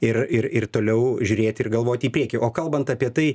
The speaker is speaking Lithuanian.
ir ir ir toliau žiūrėti ir galvoti į priekį o kalbant apie tai